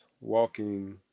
walking